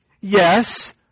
yes